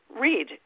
read